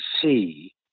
see